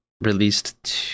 released